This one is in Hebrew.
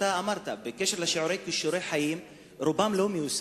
אתה אמרת בקשר לשיעורי "כישורי חיים" רובם לא מיושמים,